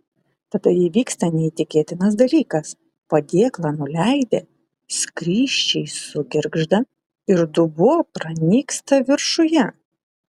tada įvyksta neįtikėtinas dalykas padėklą nuleidę skrysčiai sugirgžda ir dubuo pranyksta viršuje